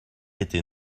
était